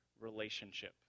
relationship